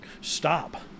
stop